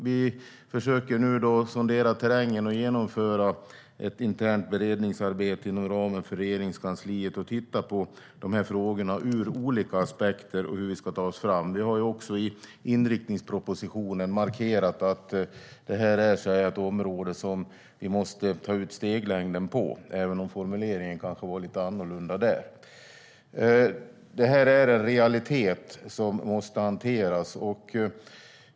Vi försöker nu sondera terrängen och genomföra ett internt beredningsarbete inom Regeringskansliet. Det handlar om att titta på de här frågorna ur olika aspekter och på hur vi ska ta oss fram. Vi har också i inriktningspropositionen markerat att det här är ett område som vi måste ta ut steglängden på, även om formuleringen kanske var lite annorlunda där. Det här är en realitet som måste hanteras.